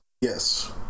Yes